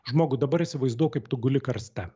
žmogui dabar įsivaizduok kaip tu guli karste